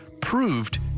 proved